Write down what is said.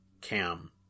cam